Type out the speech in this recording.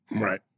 Right